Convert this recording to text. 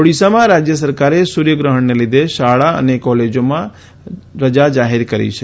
ઓડિશામાં રાજ્ય સરકારે સૂર્યગ્રહણને લીધે શાળા અને કોલેજોમાં આજે રજા જાહેર કરી છે